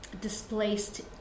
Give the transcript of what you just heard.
displaced